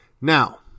Now